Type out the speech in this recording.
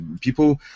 People